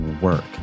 work